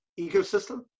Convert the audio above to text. ecosystem